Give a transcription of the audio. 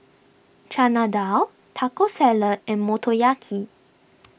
Chana Dal Taco Salad and Motoyaki